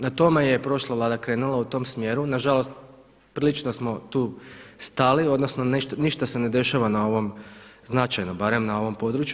Na tome je prošla Vlada krenula u tom smjeru, nažalost prilično smo tu stali odnosno ništa se ne dešava na ovom, značajno barem na ovom području.